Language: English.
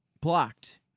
blocked